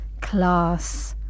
class